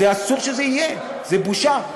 אסור שזה יהיה, זה בושה.